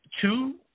two